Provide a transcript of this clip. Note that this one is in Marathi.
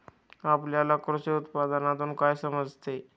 आपल्याला कृषी उत्पादनातून काय समजते?